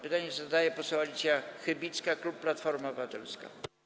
Pytanie zadaje poseł Alicja Chybicka, klub Platforma Obywatelska.